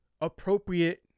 appropriate